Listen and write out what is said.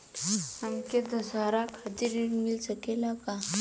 हमके दशहारा खातिर ऋण मिल सकेला का?